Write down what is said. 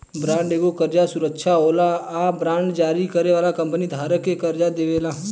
bond एगो कर्जा सुरक्षा होला आ बांड जारी करे वाली कंपनी धारक के कर्जा देवेले